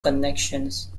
connections